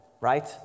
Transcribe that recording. right